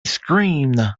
screamed